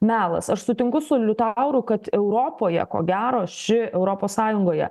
melas aš sutinku su liutauru kad europoje ko gero ši europos sąjungoje